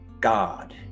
God